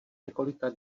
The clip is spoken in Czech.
několika